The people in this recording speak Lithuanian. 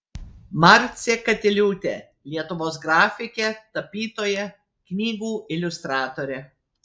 marcė katiliūtė lietuvos grafikė tapytoja knygų iliustratorė